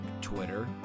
Twitter